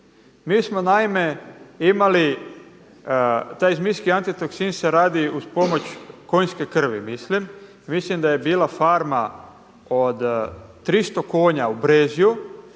taj zmijski antitoksin se radi uz pomoć konjske krvi mislim. Mislim da je bila farma od 300 konja u Brezju